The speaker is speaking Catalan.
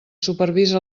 supervisa